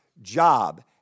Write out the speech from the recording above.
job